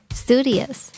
studious